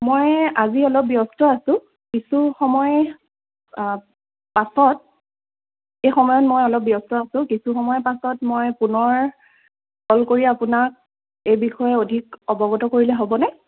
মই আজি অলপ ব্যস্ত আছোঁ কিছু সময় পাছত এই সময়ত মই অলপ ব্যস্ত আছোঁ কিছু সময়ৰ পাছত মই পুনৰ কল কৰি আপোনাক এই বিষয়ে অধিক অৱগত কৰিলে হ'বনে